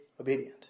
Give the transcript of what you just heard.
obedient